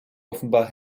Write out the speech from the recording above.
offenbar